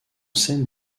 scène